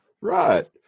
Right